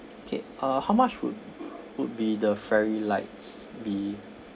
okay uh how much would would be the fairy lights be